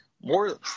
More